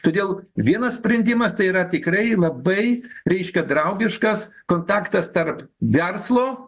todėl vienas sprendimas tai yra tikrai labai reiškia draugiškas kontaktas tarp verslo